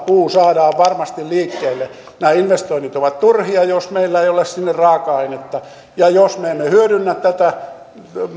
puu saadaan varmasti liikkeelle nämä investoinnit ovat turhia jos meillä ei ole sinne raaka ainetta ja jos me emme hyödynnä tätä